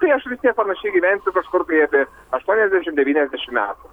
tai aš vis tiek panašiai gyvensiu kažkur tai apie aštuoniasdešim devyniasdešim metų